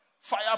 Fire